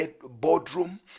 boardroom